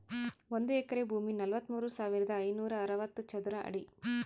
ಒಂದು ಎಕರೆ ಭೂಮಿ ನಲವತ್ಮೂರು ಸಾವಿರದ ಐನೂರ ಅರವತ್ತು ಚದರ ಅಡಿ